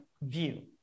view